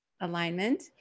alignment